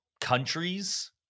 countries